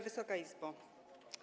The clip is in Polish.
Wysoka Izbo!